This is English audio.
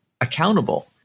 accountable